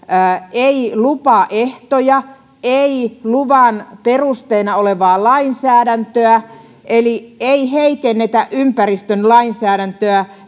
ei lupaehtoja ei luvan perusteena olevaa lainsäädäntöä eli ei heikennetä ympäristölainsäädäntöä